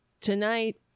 tonight